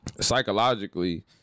psychologically